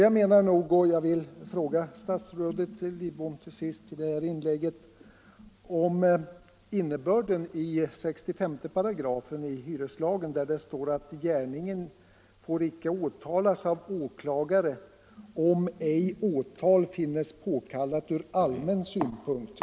Jag vill till sist fråga statsrådet Lidbom om innebörden i 65 § hyreslagen, där det står att gärningen icke får åtalas av åklagare, om åtal ej finnes påkallat ur allmän synpunkt.